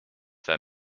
their